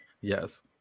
Yes